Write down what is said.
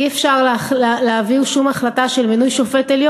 אי-אפשר להעביר שום החלטה על מינוי שופט בית-המשפט